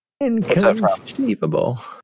inconceivable